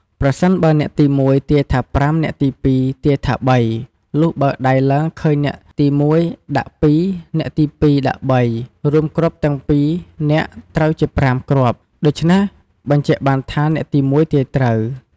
ប្រសិនបើអ្នកទី១ ទាយថា៥ អ្នកទី២ ទាយថា៣ លុះបើកដៃឡើងឃើញអ្នកទី១ ដាក់២ អ្នកទី២ ដាក់៣ រួមគ្រាប់ទាំង២ នាក់ត្រូវជា ៥ គ្រាប់ ដូច្នេះ បញ្ជាក់បានថា អ្នកទី ១ ទាយត្រូវ។